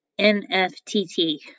NFTT